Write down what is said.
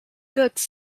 goods